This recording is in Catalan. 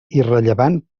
irrellevant